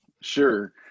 Sure